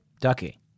Ducky